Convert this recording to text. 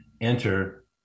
enter